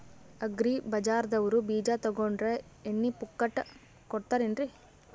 Agri ಬಜಾರದವ್ರು ಬೀಜ ತೊಗೊಂಡ್ರ ಎಣ್ಣಿ ಪುಕ್ಕಟ ಕೋಡತಾರೆನ್ರಿ?